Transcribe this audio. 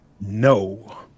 No